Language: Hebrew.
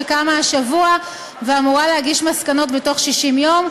שקמה השבוע ואמורה להגיש מסקנות בתוך 60 יום,